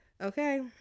Okay